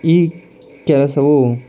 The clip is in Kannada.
ಈ ಕೆಲಸವು